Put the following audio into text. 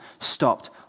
stopped